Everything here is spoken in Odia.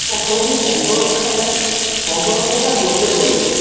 ଆପଣଙ୍କୁ ପନ୍ଦର ଟଙ୍କା ଲେଖା ପନ୍ଦର ଟଙ୍କା ଗୋଟେ ପଡ଼ିବ